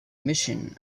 mission